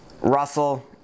Russell